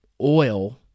oil